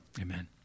Amen